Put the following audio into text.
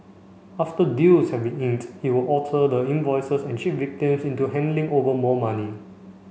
after deals had been inked he would alter the invoices an cheat victims into handing over more money